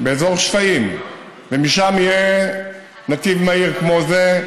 באזור שפיים, ומשם יהיה נתיב מהיר כמו זה,